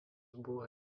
buvo